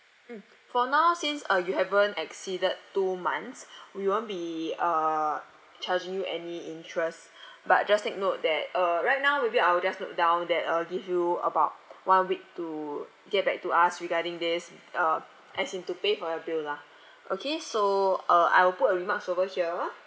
mm for now since uh you haven't exceeded two months we won't be uh charging you any interest but just take note that uh right now maybe I will just note down that uh give you about one week to get back to us regarding this uh as in to pay for your bill lah okay so uh I will put a remarks over here